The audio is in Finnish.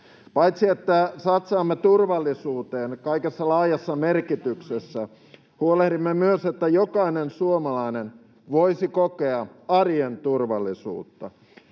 Paitsi että satsaamme turvallisuuteen kaikessa laajassa merkityksessä, huolehdimme myös, että jokainen suomalainen voisi kokea arjen turvallisuutta.